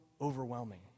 overwhelming